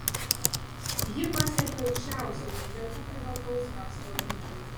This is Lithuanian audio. ji pasiekė aukščiausią uzbekų privataus verslo lygį